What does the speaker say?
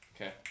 Okay